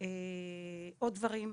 ועוד דברים.